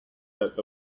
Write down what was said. that